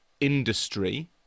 industry